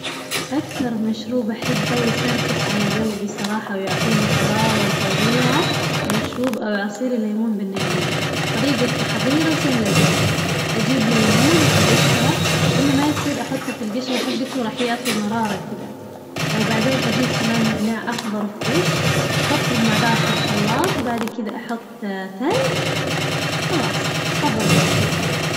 أكثر مشروب أحبه ويسرسح على قلبي صراحة ويعطيني طراوة فظيعة مشروب عصير الليمون بالنعناع، طريقة تحظيره سهلة جداً أجيب ليمون وأقشره لأن ما يصير أحطه في القشرة حقته راح يعطي مرارة كذا، وبعدين أجيب كمان نعناع أخظر فريش أحطهم مع بعظ في الخلاط وبعد كذا أحط ثلج وخلاص، تحظر المشروب.